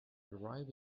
arrive